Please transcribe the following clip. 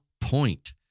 point